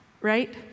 right